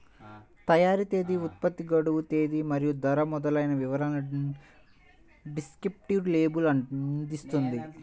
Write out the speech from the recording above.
తయారీ తేదీ, ఉత్పత్తి గడువు తేదీ మరియు ధర మొదలైన వివరాలను డిస్క్రిప్టివ్ లేబుల్ అందిస్తుంది